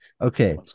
Okay